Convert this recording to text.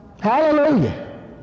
hallelujah